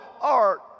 art